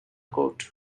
court